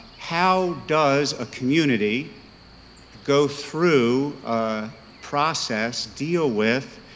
how does a community go through a process, deal with,